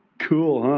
cool, huh?